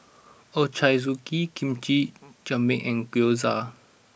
Ochazuke Kimchi Jjigae and Gyoza